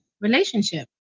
relationship